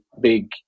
big